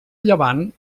llevant